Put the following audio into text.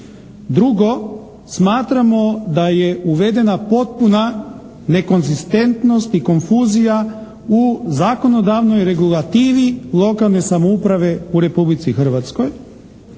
Drugo, smatramo da je uvedena potpuna nekonzistentnost i konfuzija u zakonodavnoj regulativi lokalne samouprave u Republici Hrvatskoj